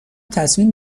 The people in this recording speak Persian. تصمیم